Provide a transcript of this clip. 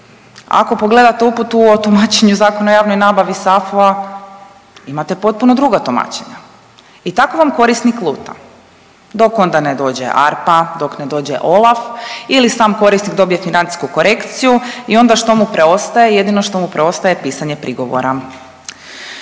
Ako pogledate uputu o tumačenju Zakona o javnoj nabavi SAFU-a, imate potpuno druga tumačenja i tako vam korisnik luta, dok onda je dođe ARPA, dok ne dođe OLAF ili sam korisnik dobije financijsku korekciju i onda, što mu preostaje? Jedino što mu preostaje je pisanje prigovora.